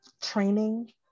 training